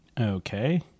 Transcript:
Okay